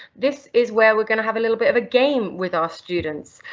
this is where we're going to have a little bit of a game with our students.